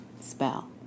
spell